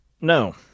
No